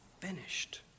finished